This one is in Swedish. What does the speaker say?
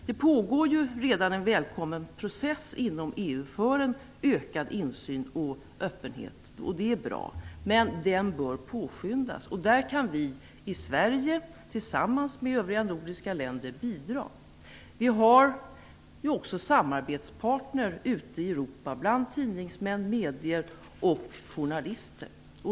Det pågår ju redan en välkommen process inom EU för en ökad insyn och öppenhet. Det är bra, men den bör påskyndas. Sverige kan tillsammans med övriga nordiska länder bidra till det. Vi har också samarbetspartner ute i Europa, bland tidningsmän, medier och journalister.